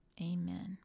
Amen